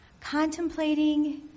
contemplating